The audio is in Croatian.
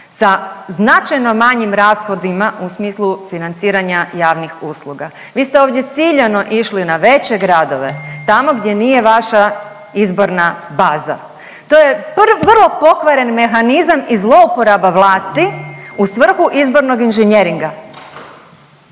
sa značajno manjim rashodima u smislu financiranja javnih usluga. Vi ste ovdje ciljano išli na veće gradove tamo gdje nije vaša izborna baza, to je vrlo pokvaren mehanizam i zlouporaba vlasti u svrhu izbornog inženjeringa.